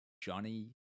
Johnny